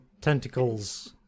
tentacles